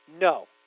No